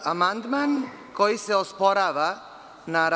Amandman koji se osporava na…